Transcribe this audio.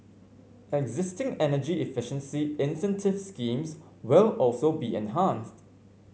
existing energy efficiency incentive schemes will also be enhanced